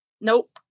Nope